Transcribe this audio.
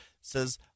says